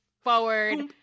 forward